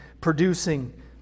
producing